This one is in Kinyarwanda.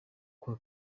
kwa